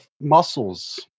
muscles